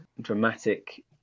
dramatic